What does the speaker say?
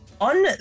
on